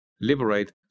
liberate